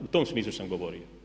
U tom smislu sam govorio.